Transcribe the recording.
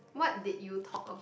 what did you talk about